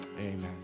Amen